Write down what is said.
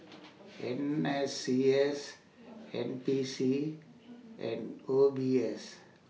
N S C S N P C and O B S